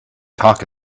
talk